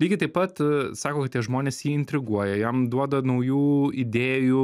lygiai taip pat sako kad tie žmonės jį intriguoja jam duoda naujų idėjų